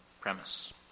premise